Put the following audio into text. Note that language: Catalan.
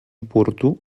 oportú